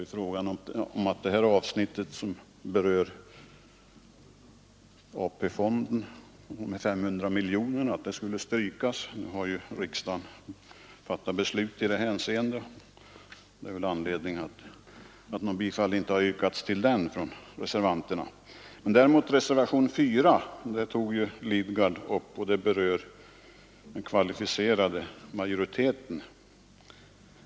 I den reservationen föreslås att det avsnitt i utskottets yttrande som behandlar AP-fonden och de 500 miljonerna skall utgå. Nu har riksdagen fattat beslut i det hänseendet, och det är väl anledningen till att reservanterna inte yrkat bifall till den reservationen. Däremot tog herr Lidgard upp reservationen 4, som berör frågan om kvalificerad majoritet.